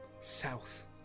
south